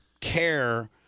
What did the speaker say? care